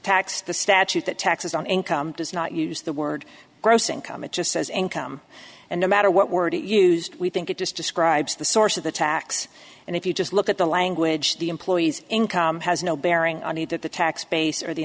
tax the statute that taxes on income does not use the word gross income it just says income and no matter what word you use we think it just describes the source of the tax and if you just look at the language the employees income has no bearing on it that the tax base or the